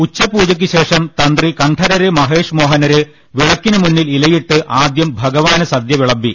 ഉച്ചപ്പൂജക്കുശേഷം തന്ത്രി കണ്ഠരർ മഹേഷ് മോഹനർ വിള ക്കിനു മുന്നിൽ ഇലയിട്ട് ആദ്യം ഭഗവാന് സദ്യവിളമ്പി